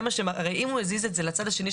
הרי אם הוא הזיז את הרכב